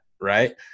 Right